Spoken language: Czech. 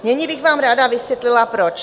Nyní bych vám ráda vysvětlila proč.